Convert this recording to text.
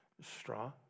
straw